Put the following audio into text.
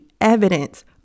evidence